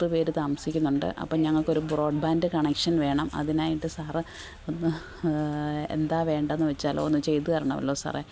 പത്തു പേര് താമസിക്കുന്നുണ്ട് അപ്പം ഞങ്ങൾക്ക് ഒരു ബ്രോഡ് ബാൻറ്റ് കണക്ഷൻ വേണം അതിനായിട്ട് സാറ് ഒന്ന് എന്താ വേണ്ടതെന്ന് വച്ചാല് ഒന്ന് ചെയ്ത് തരണമല്ലോ സാറേ